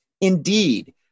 Indeed